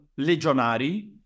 legionari